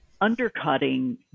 undercutting